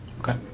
Okay